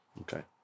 Okay